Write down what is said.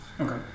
Okay